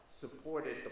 supported